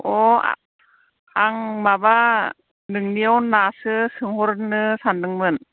अह आह आं माबा नोंनियाव नासो सोंहरनो सानदोंमोन